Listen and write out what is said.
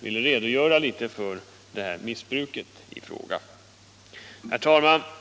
ville lämna några närmare uppgifter om det missbruk som åberopats i detta sammanhang. Herr talman!